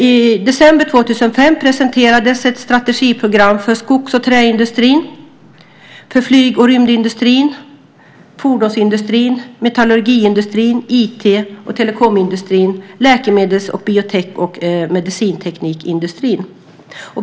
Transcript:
I december 2005 presenterades ett strategiprogram för skogs och träindustrin, flyg och rymdindustrin, fordonsindustrin, metallurgiindustrin, IT och telekomindustrin och läkemedels-, bioteknik och medicinteknikindustrin.